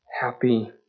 happy